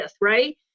right